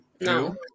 No